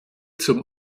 zum